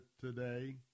today